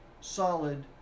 solid